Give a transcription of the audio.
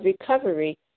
recovery